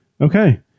Okay